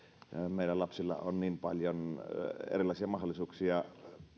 meidän lapsillamme on niin paljon erilaisia mahdollisuuksia